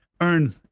earn